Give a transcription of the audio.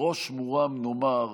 בראש מורם נאמר